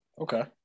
Okay